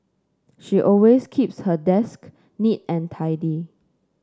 she always keeps her desk neat and tidy